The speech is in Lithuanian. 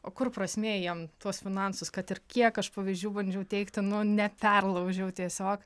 o kur prasmė jiem tuos finansus kad ir kiek aš pavyzdžių bandžiau teikti neperlaužiau tiesiog